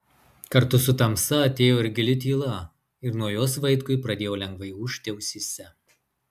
kartu su tamsa atėjo ir gili tyla ir nuo jos vaitkui pradėjo lengvai ūžti ausyse